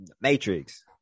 Matrix